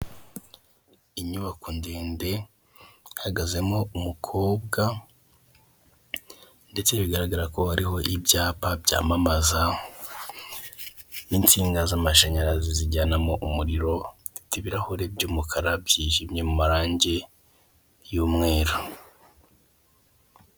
Inyubako ndende ihagazemo umukobwa, ndetse bigaragara ko hariho ibyapa byamamaza n'insinga z'amashanyarazi zijyanamo umuriro, n' ibirahure by'umukara byijimye mu marangi y'umweru.